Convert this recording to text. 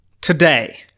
Today